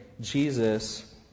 Jesus